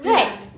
right